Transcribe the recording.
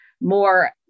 more